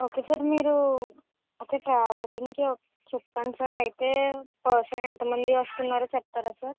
okay sir మీరు ఒక travel నుంచి చెప్తాను సార్ అయితే పర్సన్ ఎంతమంది వస్తున్నారో చెప్తారా సార్